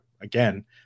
again